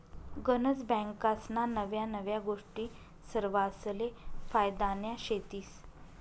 गनज बँकास्ना नव्या नव्या गोष्टी सरवासले फायद्यान्या शेतीस